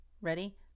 ready